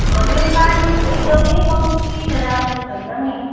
हजुर पानी एकदमै कम्ती छ राम्रो छैन नि